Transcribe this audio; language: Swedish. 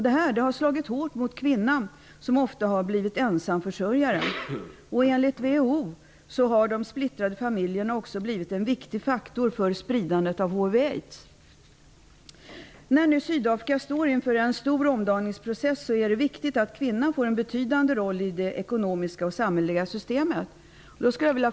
Det har slagit hårt mot kvinnan, som ofta har blivit ensamförsörjare. Enligt WHO har de splittrade familjerna också blivit en viktig faktor för spridandet av HIV/aids. När nu Sydafrika står inför en stor omdaningsprocess, är det viktigt att kvinnan får en betydande roll i det ekonomiska och samhälleliga systemet.